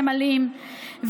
ממלאים,